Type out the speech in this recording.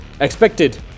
expected